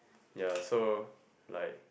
ya so like